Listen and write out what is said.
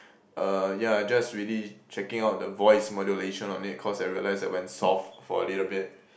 uh ya just really checking out the voice modulation on it cause I realize I went soft for a little bit